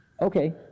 Okay